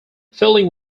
fielding